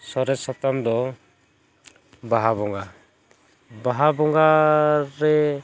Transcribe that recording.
ᱥᱚᱨᱮᱥ ᱥᱟᱛᱟᱢ ᱫᱚ ᱵᱟᱦᱟ ᱵᱚᱸᱜᱟ ᱵᱟᱦᱟ ᱵᱚᱸᱜᱟ ᱨᱮ